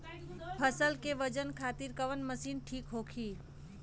फसल के वजन खातिर कवन मशीन ठीक होखि?